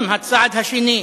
עם הצעד השני,